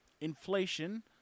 inflation